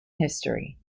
history